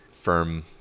firm